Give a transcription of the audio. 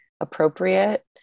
appropriate